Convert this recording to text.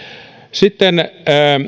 sitten